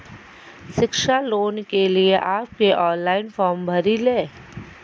शिक्षा लोन के लिए आप के ऑनलाइन फॉर्म भरी ले?